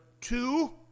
two